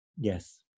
Yes